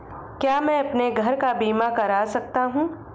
क्या मैं अपने घर का बीमा करा सकता हूँ?